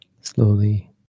slowly